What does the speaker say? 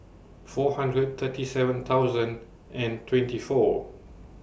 four hundred thirty seven thousand and twenty four